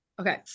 Okay